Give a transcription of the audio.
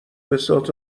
بساط